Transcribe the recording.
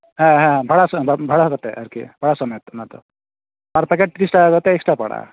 ᱦᱮᱸ ᱦᱮᱸ ᱵᱷᱟᱲᱟ ᱵᱷᱟᱲᱟ ᱠᱟᱛᱮᱫ ᱟᱨᱠᱤ ᱵᱷᱟᱲᱟ ᱥᱚᱢᱮᱛ ᱚᱱᱟ ᱫᱚ ᱯᱟᱨ ᱯᱮᱠᱮᱴ ᱛᱤᱨᱤᱥ ᱴᱟᱠᱟ ᱠᱟᱛᱮᱫ ᱮᱠᱥᱴᱨᱟ ᱯᱟᱲᱟᱜᱼᱟ